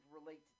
relate